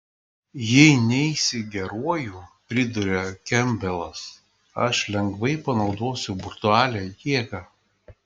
jei neisi geruoju priduria kempbelas aš lengvai panaudosiu brutalią jėgą